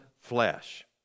flesh